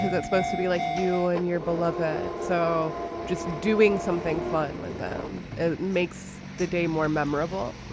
that supposed to be like you and your beloved. so just doing something fun with them makes the day more memorable, right?